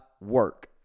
work